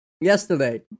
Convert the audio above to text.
yesterday